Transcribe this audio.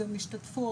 גם השתתפו,